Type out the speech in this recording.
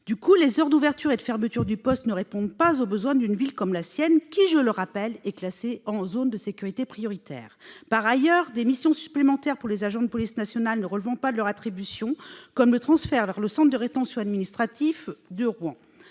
Du coup, les heures d'ouverture et de fermeture du poste ne répondent pas aux besoins d'une ville comme la sienne, qui, je le rappelle, est classée en zone de sécurité prioritaire. Par ailleurs, les agents de police nationale se voient assigner des missions supplémentaires qui ne relèvent pas de leurs attributions, comme le transfert vers le centre de rétention administrative de Rouen.